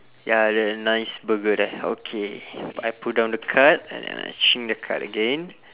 ya they have nice burger there okay I put down the card and then I change the card again